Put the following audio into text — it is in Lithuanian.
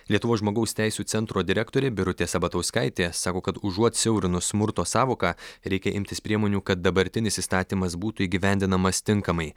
lietuvos žmogaus teisių centro direktorė birutė sabatauskaitė sako kad užuot siaurinus smurto sąvoką reikia imtis priemonių kad dabartinis įstatymas būtų įgyvendinamas tinkamai